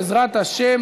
בעזרת השם,